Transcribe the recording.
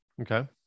Okay